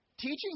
teaching